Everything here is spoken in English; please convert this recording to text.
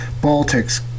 baltics